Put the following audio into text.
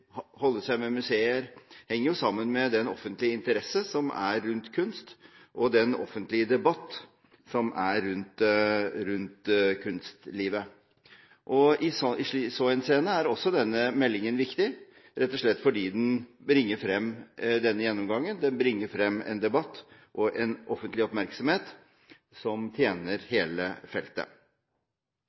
holde seg med museer, henger sammen med den offentlige interesse som er rundt kunst, og den offentlige debatt som er rundt kunstlivet. I så henseende er også denne meldingen viktig, rett og slett fordi den bringer frem denne gjennomgangen, den bringer frem en debatt og en offentlig oppmerksomhet som tjener hele feltet.